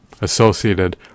associated